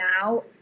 now